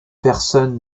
personne